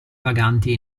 vaganti